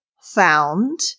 found